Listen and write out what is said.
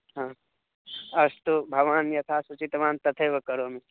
हा अस्तु भवान् यथा सूचितवान् तथैव करोमि